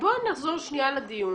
בואו נחזור לדיון.